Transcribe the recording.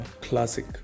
classic